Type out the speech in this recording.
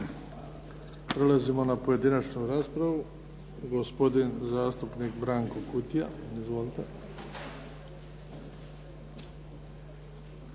Prelazimo na pojedinačnu raspravu. Gospodin zastupnik Branko Kutija. Izvolite